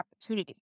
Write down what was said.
opportunity